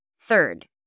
Third